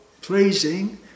pleasing